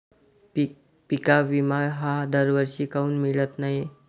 पिका विमा हा दरवर्षी काऊन मिळत न्हाई?